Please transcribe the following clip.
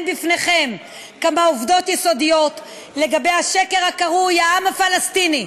בפניכם כמה עובדות יסודיות לגבי השקר הקרוי העם הפלסטיני.